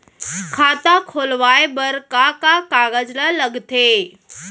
खाता खोलवाये बर का का कागज ल लगथे?